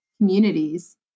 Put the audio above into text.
communities